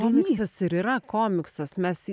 komiksas ir yra komiksas mes